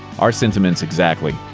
our sentiments exactly.